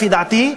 לפי דעתי,